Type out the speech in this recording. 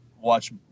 watch